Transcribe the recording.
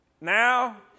now